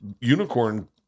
unicorn